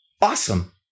awesome